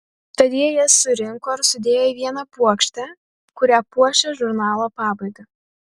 tad jie jas surinko ir sudėjo į vieną puokštę kuria puošė žurnalo pabaigą